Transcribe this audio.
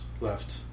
left